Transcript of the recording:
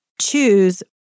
choose